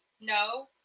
No